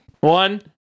One